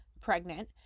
pregnant